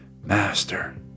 master